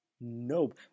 Nope